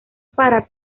para